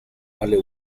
alle